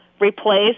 replace